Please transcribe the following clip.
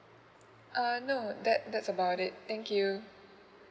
uh no that that's about it thank you